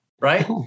Right